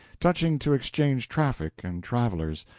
touching to exchange traffic and travelers,